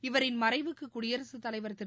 இவரின் மறைவுக்கு குடியரகத்தலைவா் திரு